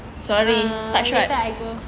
sorry touch what